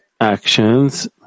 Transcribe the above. actions